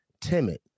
timid